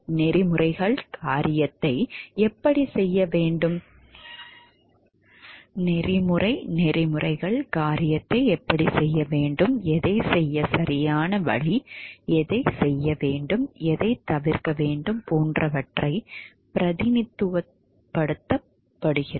நெறிமுறை நெறிமுறைகள் காரியத்தை எப்படிச் செய்ய வேண்டும் எதைச் செய்ய சரியான வழி எதைச் செய்ய வேண்டும் எதைத் தவிர்க்க வேண்டும் போன்றவற்றைப் பிரதிநிதித்துவப்படுத்துகிறது